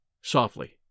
softly